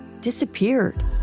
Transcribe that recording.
disappeared